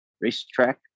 racetrack